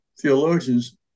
theologians